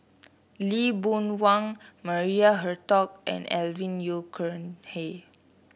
Lee Boon Wang Maria Hertogh and Alvin Yeo Khirn Hai